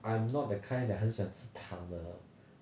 I'm not the kind that 很喜欢吃糖的